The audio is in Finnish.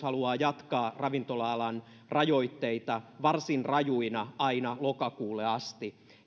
haluaa jatkaa ravintola alan rajoitteita varsin rajuina aina lokakuulle asti